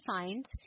find